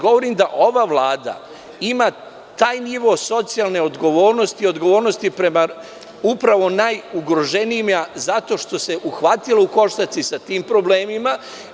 Govorim da ova Vlada ima taj nivo socijalne odgovornosti, odgovornosti upravo prema najugroženijima, zato što se uhvatila u koštac sa tim problemima.